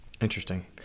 Interesting